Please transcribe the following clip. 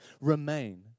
remain